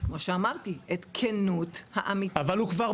כמו שאמרתי את כנות --- אבל כבר